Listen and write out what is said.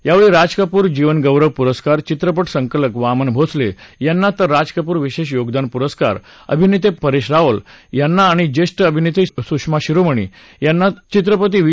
यावेळी राज कपूर जीवनगौरव पुरस्कार चित्रपट संकलक वामन भोसले यांना तर राज कपूर विशेष योगदान पुरस्कार अभिनेते परेश रावल यांना आणि ज्येष्ठ अभिनेत्री सुषमा शिरोमणी यांना चित्रपती व्ही